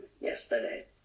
yesterday